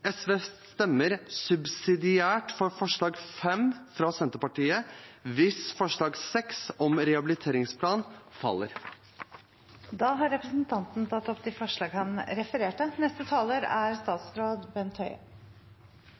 SV stemmer subsidiært for forslag nr. 5, fra Senterpartiet, hvis forslag nr. 6, om rehabiliteringsplan, faller. Representanten Nicholas Wilkinson har tatt opp de forslagene han refererte